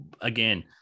again